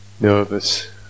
nervous